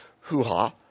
hoo-ha